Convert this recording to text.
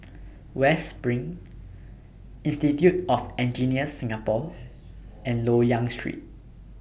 West SPRING Institute of Engineers Singapore and Loyang Street